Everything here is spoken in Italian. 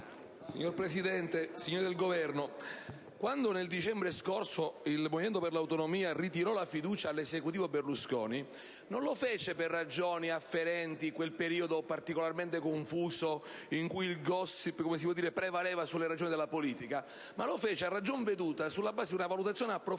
Signor Presidente, signori rappresentanti del Governo, quando, nel dicembre scorso, il Movimento per le Autonomie ritirò la fiducia all'Esecutivo Berlusconi non lo fece per ragioni afferenti a quel periodo particolarmente confuso, in cui il *gossip* prevaleva sulle ragioni della politica, ma lo fece a ragion veduta, sulla base di una valutazione approfondita,